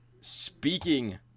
Speaking